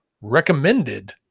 recommended